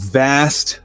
vast